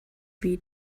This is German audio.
wie